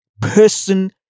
person